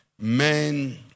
men